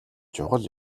чухал